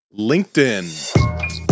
LinkedIn